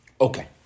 Okay